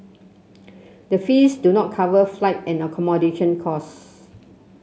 the fees do not cover flight and accommodation costs